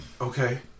okay